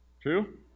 True